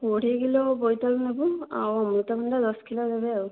କୋଡ଼ିଏ କିଲୋ ବୋଇତାଳୁ ନେବୁ ଆଉ ଅମୃତଭଣ୍ଡା ଦଶ କିଲୋ ଦେବେ ଆଉ